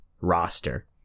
roster